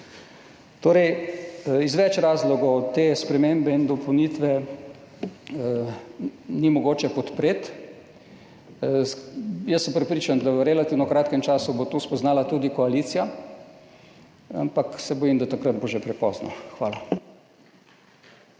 Torej, iz več razlogov te spremembe in dopolnitve ni mogoče podpreti. Jaz sem prepričan, da bo to v relativno kratkem času spoznala tudi koalicija, ampak se bojim, da bo takrat že prepozno. Hvala.